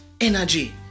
energy